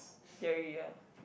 theory eh